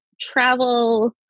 travel